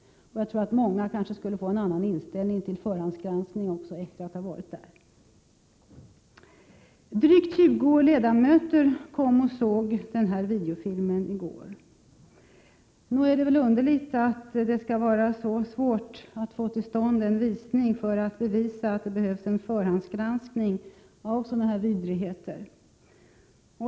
Jag tror att många skulle få en annan inställning till förhandsgranskning efter att ha varit där. Drygt 20 ledamöter såg videofilmen i går. Nog är det underligt att det skall vara så svårt att få till stånd en visning för att bevisa att det behövs en förhandsgranskning av sådana här vidrigheter.